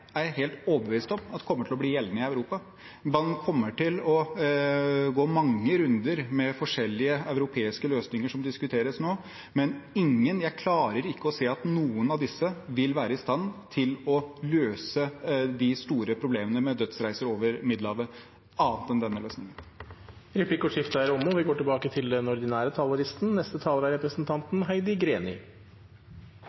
er helt overbevist om kommer til å bli gjeldende i Europa. Man kommer til å gå mange runder med forskjellige europeiske løsninger som diskuteres nå, men jeg klarer ikke å se at noen av disse vil være i stand til å løse de store problemene med dødsreiser over Middelhavet, bare denne løsningen. Replikkordskiftet er omme. Senterpartiet vil føre en ansvarlig og